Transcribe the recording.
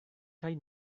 kaj